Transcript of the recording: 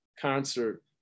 concert